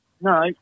No